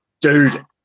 Dude